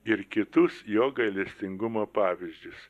ir kitus jo gailestingumo pavyzdžius